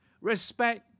Respect